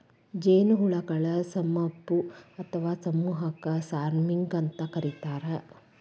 ಜೇನುಹುಳಗಳ ಸುಮಪು ಅತ್ವಾ ಸಮೂಹಕ್ಕ ಸ್ವಾರ್ಮಿಂಗ್ ಅಂತ ಕರೇತಾರ